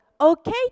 okay